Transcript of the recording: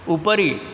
उपरि